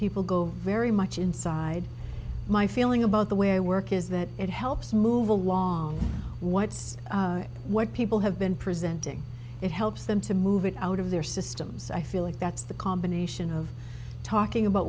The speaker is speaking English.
people go very much inside my feeling about the way work is that it helps move along what's what people have been presenting it helps them to move it out of their systems i feel like that's the combination of talking about